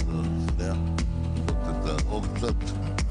(מוקרן סרטון) כן, כל מה שאתם רואים